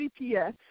GPS